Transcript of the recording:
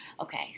Okay